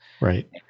right